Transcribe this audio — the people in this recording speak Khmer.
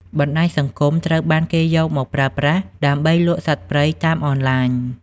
បណ្តាញសង្គមត្រូវបានគេយកមកប្រើប្រាស់ដើម្បីលក់សត្វព្រៃតាមអនឡាញ។